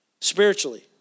spiritually